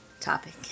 topic